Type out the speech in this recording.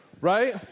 right